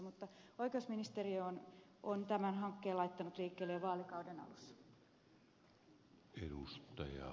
mutta oikeusministeriö on tämän hankkeen laittanut liikkeelle jo vaalikauden alussa